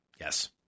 yes